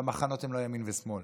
והמחנות הם לא ימין ושמאל.